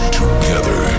together